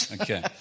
Okay